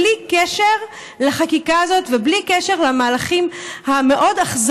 בלי קשר לחקיקה הזאת ובלי קשר למהלכים המאוד-אכזריים,